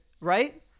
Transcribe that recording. right